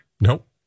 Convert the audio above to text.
Nope